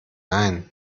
nein